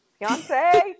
Beyonce